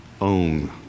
own